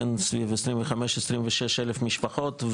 סביב 25,000 26,000 משפחות.